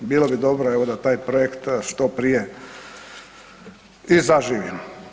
Bilo bi dobro evo da taj projekt što prije i zaživi.